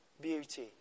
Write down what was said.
beauty